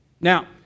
Now